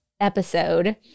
episode